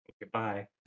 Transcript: Goodbye